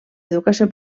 educació